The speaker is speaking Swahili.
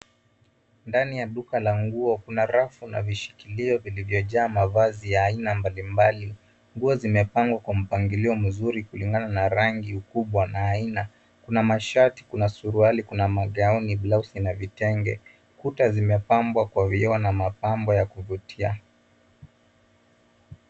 Ndani ya duka la nguo kuna rafu na vishikilio vilivyojaa mavazi ya aina mbalimbali. Nguo zimepangwa kwa mpangilio mzuri kulingana na rangi, ukubwa na aina. Kuna mashati, kuna suruali, kuna magauni blausi na vitenge. Kuta zimepambwa kwa vioo na mapambo vya kuvutia.